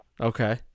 Okay